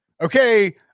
okay